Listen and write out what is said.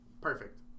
perfect